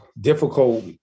difficult